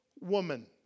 woman